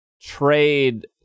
trade